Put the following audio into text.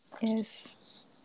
Yes